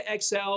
XL